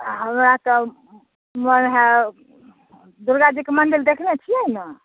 हमरा तऽ मोन हइ दुर्गाजीके मन्दिर देखने छिए ने